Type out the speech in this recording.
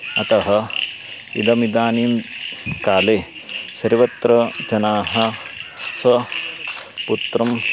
अतः इदमिदानीं काले सर्वत्र जनाः स्वपुत्रं